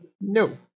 No